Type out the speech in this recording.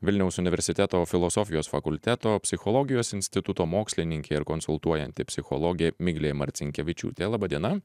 vilniaus universiteto filosofijos fakulteto psichologijos instituto mokslininkė ir konsultuojanti psichologė miglė marcinkevičiūtė laba diena